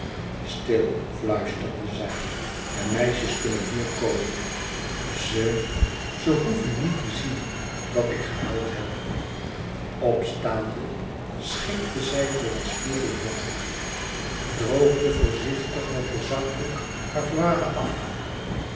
stil fluisterde zij de meisjes kunnen hier komen ze ze hoeven niet te zien dat ik gehuild heb opstaande schikte zij voor den spiegel heur hoed droogde voorzichtig met den zakdoek haar voile af